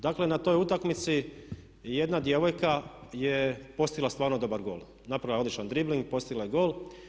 Dakle na toj utakmici jedna djevojka je postigla stvarno dobar gol, napravila je odličan dribling i postigla je gol.